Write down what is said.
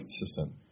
consistent